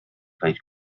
played